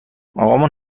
اقامون